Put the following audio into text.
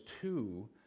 two